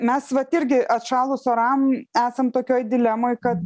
mes vat irgi atšalus oram esam tokioj dilemoj kad